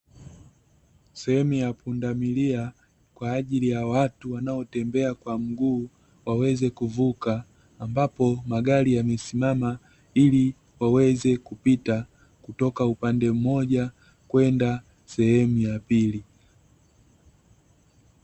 Sehemu ya pundamilia kwa ajili ya watu wanaotembea kwa mguu waweze kuvuka, ambapo magari yamesimama ili waweze kupita kutoka upande mmoja kwenda sehemu ya pili.